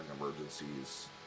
emergencies